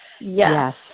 Yes